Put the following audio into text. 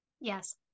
yes